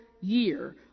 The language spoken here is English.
year